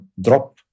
drop